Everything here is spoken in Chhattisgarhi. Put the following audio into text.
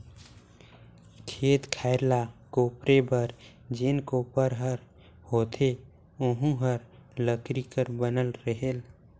खेत खायर ल कोपरे बर जेन कोपर हर होथे ओहू हर लकरी कर बनल रहेल